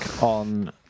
on